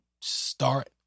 start